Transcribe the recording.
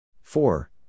four